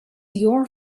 your